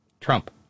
Trump